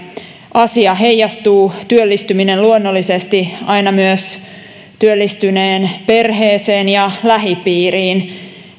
asia heijastuu työllistyminen luonnollisesti aina myös työllistyneen perheeseen ja lähipiiriin